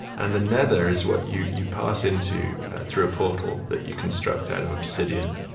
and the nether is what you you pass into through a portal that you construct out of obsidian.